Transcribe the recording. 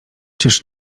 czyż